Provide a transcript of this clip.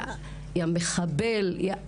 יא מחבל.